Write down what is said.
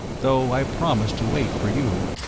though i promised to wait for you.